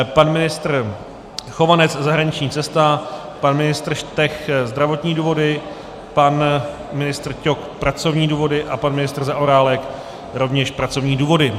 Pan ministr Chovanec zahraniční cesta, pan ministr Štech zdravotní důvody, pan ministr Ťok pracovní důvody a pan ministr Zaorálek rovněž pracovní důvody.